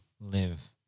live